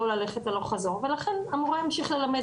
לא ללכת הלוך חזור ולכן המורה ימשיך ללמד